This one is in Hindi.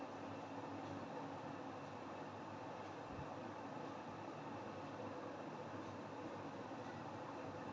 जानवरों की अभिजाती, प्रजनन वांछनीय आनुवंशिक लक्षणों वाले जानवरों के चयनात्मक संभोग की प्रक्रिया है